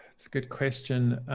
it's a good question.